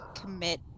commit